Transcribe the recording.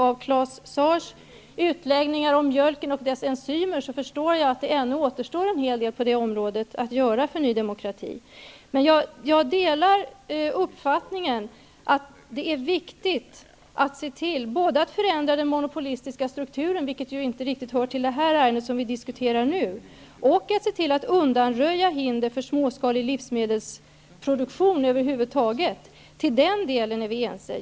Av Claus Zaars utläggningar om mjölken och dess enzymer förstår jag att det ännu återstår en hel del att göra på det området för Ny demokrati. Jag delar uppfattningen att det är viktigt både att förändra det den monopolistiska strukturen, vilket inte riktigt hör till det ärende vi här diskuterar, och att se till att undanröja hinder för småskalig livsmedelsproduktion över huvud taget. Till den delen är vi ense.